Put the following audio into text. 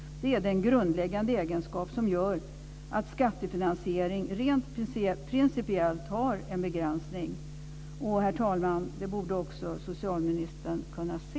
Det är den grundläggande egenskap som gör att skattefinansiering rent principiellt har en begränsning. Herr talman! Det borde också socialministern kunna se.